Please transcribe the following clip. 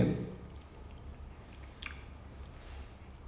he would have written I don't know whether he would have written or someone